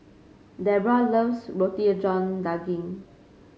Debora loves Roti John Daging